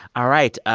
all right,